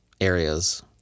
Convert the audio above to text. areas